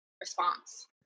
response